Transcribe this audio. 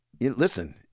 listen